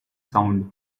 sound